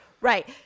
Right